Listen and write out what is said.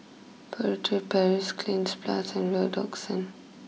Furtere Paris Cleanz Plus and Redoxon